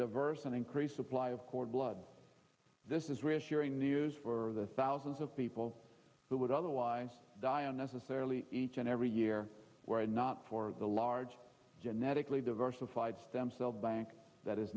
diverse and increased supply of cord blood this is reassuring news for the thousands of people who would otherwise die unnecessarily each and every year were it not for the large genetically diversified stem cell bank that is